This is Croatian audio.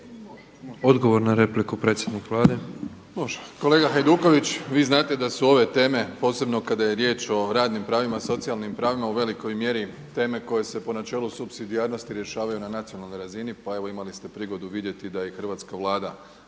Odgovor na repliku predsjednik Vlade.